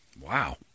Wow